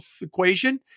equation